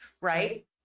right